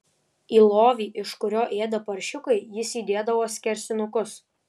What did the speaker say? į lovį iš kurio ėda paršiukai jis įdėdavo skersinukus